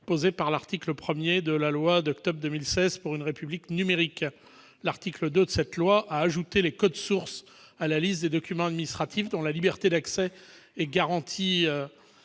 posé par l'article 1 de la loi du 7 octobre 2016 pour une République numérique. L'article 2 de cette loi a ajouté les « codes sources » à la liste des documents administratifs dont la liberté d'accès est garantie